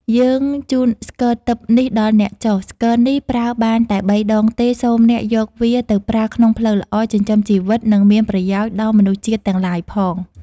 យើង ជូនស្គរទិព្វនេះដល់អ្នកចុះ ។ ស្គរនេះប្រើបានតែបីដងទេសូមអ្នកយកវាទៅប្រើក្នុងផ្លូវល្អចិញ្ចឹមជីវិតនិងមាន ប្រយោជន៍ដល់មនុស្សជាតិទាំងឡាយផង ។